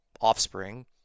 offspring